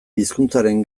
hizkuntzaren